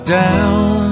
down